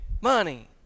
money